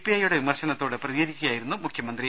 ഐയുടെ വി മർശനത്തോട് പ്രതികരിക്കുകയായിരുന്നു മുഖ്യമന്ത്രി